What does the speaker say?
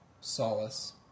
solace